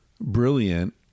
brilliant